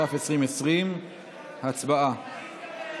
התש"ף 2020. הצבעה.